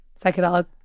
psychedelic